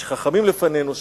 חכמים לפנינו,